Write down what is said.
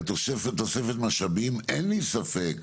לתוספת משאבים, אין לי ספק,